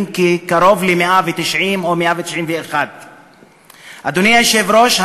קרוב ל-190 או 191. אדוני היושב-ראש,